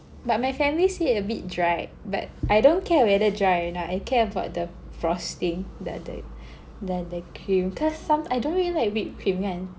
but my family said a bit dry but I don't care whether dry or not I care for the frosting the the the the cream cause some I don't really like whipped cream kan